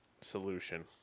solution